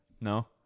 no